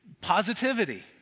positivity